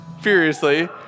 furiously